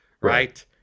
right